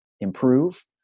improve